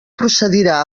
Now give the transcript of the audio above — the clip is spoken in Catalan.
procedirà